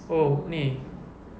oh ini